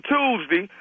Tuesday